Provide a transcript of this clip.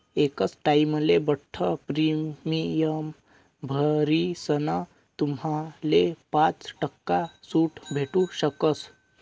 एकच टाइमले बठ्ठ प्रीमियम भरीसन तुम्हाले पाच टक्का सूट भेटू शकस